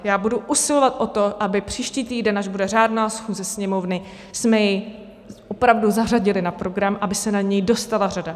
Já budu usilovat o to, abychom jej příští týden, až bude řádná schůze Sněmovny, opravdu zařadili na program, aby se na něj dostala řada.